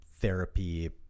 therapy